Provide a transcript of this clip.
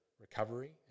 recovery